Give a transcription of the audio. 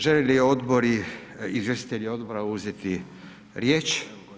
Žele li odbori, izvjestitelji odbora uzeti riječ.